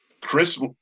Chris